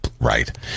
right